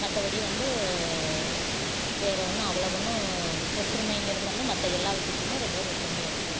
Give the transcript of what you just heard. மற்றபடி வந்து வேறே ஒன்று அவ்வளோ ஒன்று ஒற்றுமைங்கிறது வந்து மற்ற எல்லா விஷயத்துலிமே ரெண்டு பேரும் ஒற்றுமையாக இருப்போம்